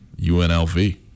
UNLV